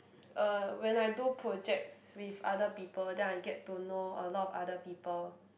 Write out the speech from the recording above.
uh when I do projects with other people then I get to know a lot of other people